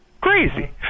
crazy